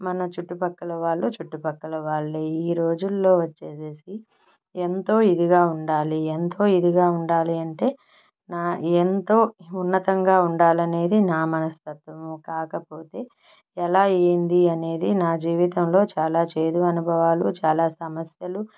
మన చుట్టుపక్కల వాళ్ళు చుట్టుపక్కల వాళ్ళే ఈ రోజుల్లో వచ్చేసేసి ఎంతో ఇదిగా ఉండాలి ఎంతో ఇదిగా ఉండాలి అంటే నా ఎంతో ఉన్నతంగా ఉండాలనేది నా మనస్తత్వం కాకపోతే ఎలా అయింది అనేది నా జీవితంలో చాలా చేదు అనుభవాలు చాలా సమస్యలు